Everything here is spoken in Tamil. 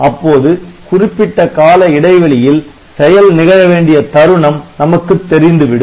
அப்போது குறிப்பிட்ட கால இடைவெளியில் செயல் நிகழ வேண்டிய தருணம் நமக்குத் தெரிந்துவிடும்